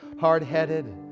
hard-headed